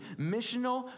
missional